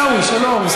עיסאווי, שלום.